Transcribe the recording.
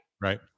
Right